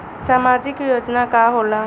सामाजिक योजना का होला?